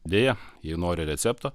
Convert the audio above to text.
deja jei nori recepto